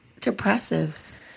depressives